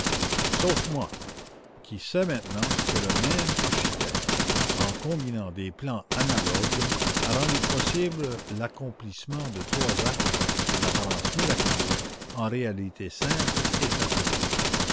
je sais que le même architecte en combinant des plans analogues a rendu possible l'accomplissement de trois actes en apparence miraculeux en réalité simples et faciles